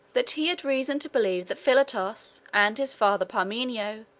that he had reason to believe that philotas and his father parmenio,